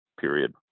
period